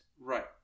Right